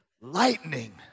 lightning